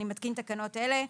אני מתקין תקנות אלה: